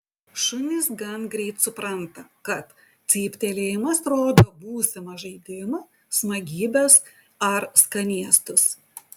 šunys gan greit supranta kad cyptelėjimas rodo būsimą žaidimą smagybes ar skanėstus